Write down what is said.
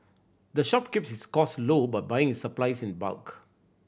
the shop keeps its cost low by buying its supplies in bulk